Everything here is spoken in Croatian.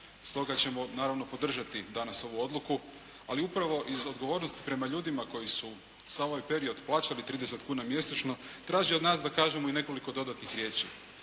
Stoga ćemo naravno podržati danas ovu odluku, ali upravo iz odgovornosti prema ljudima koji su sav ovaj period plaćali 30 kuna mjesečno, traže od nas da kažemo i nekoliko dodatnih riječi.